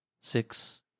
Six